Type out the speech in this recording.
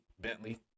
Bentley